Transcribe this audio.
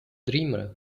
dreamer